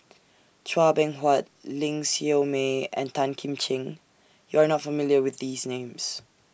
Chua Beng Huat Ling Siew May and Tan Kim Ching YOU Are not familiar with These Names